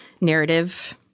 narrative